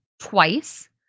twice